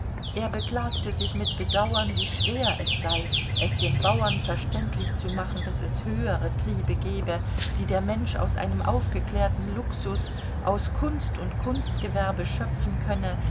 er beklagte sich mit bedauern wie schwer es sei es dem bauern verständlich zu machen daß es höhere triebe gebe die der mensch aus einem aufgeklärten luxus aus kunst und kunstgewerbe schöpfen könne